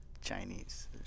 Chinese